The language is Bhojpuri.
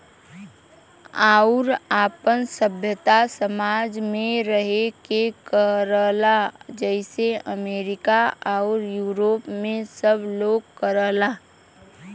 आउर आपन सभ्यता समाज मे रह के करला जइसे अमरीका आउर यूरोप मे सब लोग करला